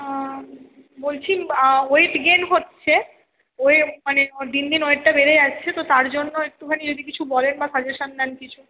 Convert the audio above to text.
বলছি weight gain হচ্ছে মানে দিন দিন ওয়েটটা বেড়ে যাচ্ছে তো তার জন্য একটুখানি যদি কিছু বলেন বা সাজেশান দেন কিছু